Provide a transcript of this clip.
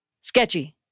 Sketchy